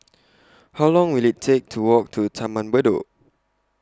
How Long Will IT Take to Walk to Taman Bedok